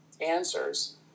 answers